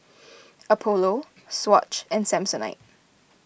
Apollo Swatch and Samsonite